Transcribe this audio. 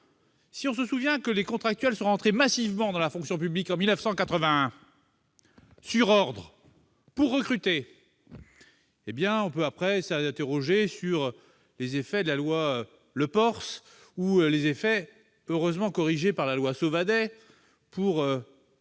mémoire courte : les contractuels sont entrés massivement dans la fonction publique en 1981, sur ordre, pour recruter ! On peut aussi s'interroger sur les effets de la loi Le Pors, heureusement corrigés par la loi Sauvadet pour aider